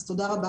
תודה.